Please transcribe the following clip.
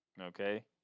okay